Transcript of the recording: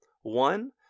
One